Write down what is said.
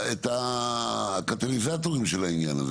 את הקטליזטורים של העניין הזה.